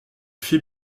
phi